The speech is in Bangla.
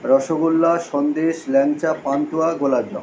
রসগোল্লা সন্দেশ ল্যাংচা পান্তুয়া গোলাপজাম